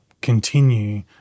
continue